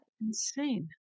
Insane